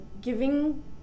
giving